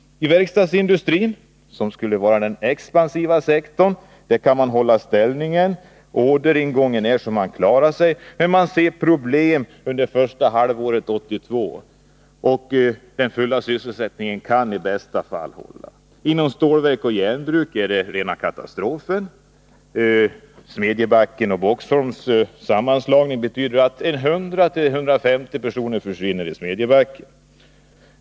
Inom verkstadsindustrin, som skulle vara den expansiva sektorn, kan man hålla ställningen. Orderingången är så stor att man klarar sig. Men man ser problem under första halvåret 1982. Den fulla sysselsättningen kan i bästa fall upprätthållas. I fråga om stålverk och järnbruk är det rena katastrofen. Sammanslagningen av Smedjebackens Valsverk och Boxholms Bruk betyder att arbeten för 100-150 personer försvinner i Smedjebacken.